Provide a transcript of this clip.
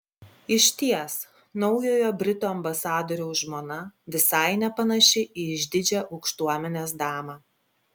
išties naujojo britų ambasadoriaus žmona visai nepanaši į išdidžią aukštuomenės damą